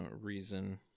reason